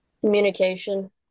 Communication